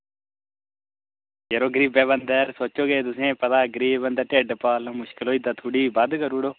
यरो गरीबै बंदे दा सोचो केश तुसेंगी पता गरीब बंदा ढिड्ड पालना मुश्कल होई जंदा थोह्ड़ी जेही बद्ध करी ओड़ो